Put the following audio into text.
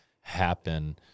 happen